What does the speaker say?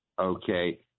okay